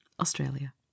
Australia